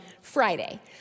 Friday